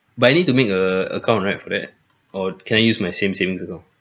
but you need to make a account right for that or can I use my same savings account